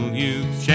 youth